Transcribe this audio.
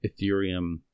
Ethereum